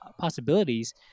possibilities